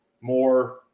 more